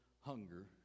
hunger